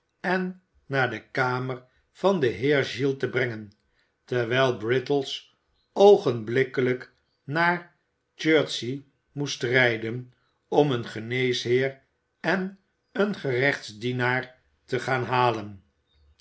en naar de kamer van den heer giles te brengen terwijl brittles oogenblikkelijk naar chertsey moest rijden om een geneesheer en een gerechtsdienaar te gaan halen